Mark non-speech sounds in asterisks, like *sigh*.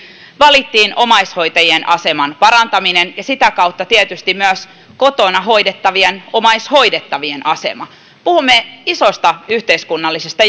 valittiin omaishoitajien aseman parantaminen ja sitä kautta tietysti myös kotona hoidettavien omaishoidettavien asema puhumme isosta yhteiskunnallisesta *unintelligible*